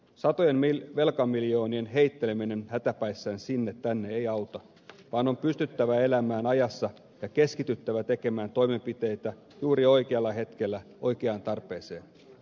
satojen velkamiljoonien heitteleminen hätäpäissään sinne tänne ei auta vaan on pystyttävä elämään ajassa ja keskityttävä tekemään toimenpiteitä juuri oikealla hetkellä ja oikeaan tarpeeseen